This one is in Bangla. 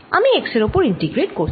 আমি x এর ওপর ইন্টিগ্রেট করছি